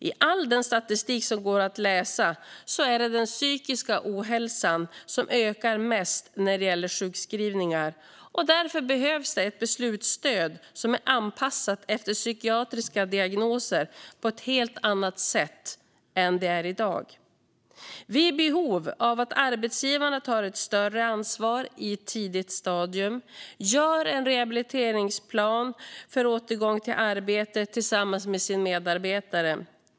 I all den statistik som går att läsa är det den psykiska ohälsan som ökar mest när det gäller sjukskrivningar, och därför behövs det ett beslutsstöd som är anpassat efter psykiatriska diagnoser på ett helt annat sätt än i dag. Vi är i behov av att arbetsgivarna tar ett större ansvar i ett tidigt stadium och gör en rehabiliteringsplan för återgång till arbete tillsammans med sin medarbetare.